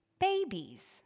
Babies